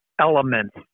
elements